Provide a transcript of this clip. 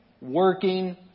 working